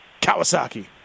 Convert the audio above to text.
Kawasaki